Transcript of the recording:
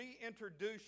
reintroduce